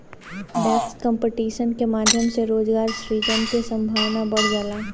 tax competition के माध्यम से रोजगार सृजन के संभावना बढ़ जाला